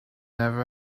never